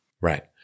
Right